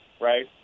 right